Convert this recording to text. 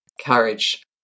Courage